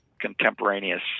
contemporaneous